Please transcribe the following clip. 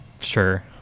Sure